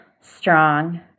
strong